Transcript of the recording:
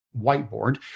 whiteboard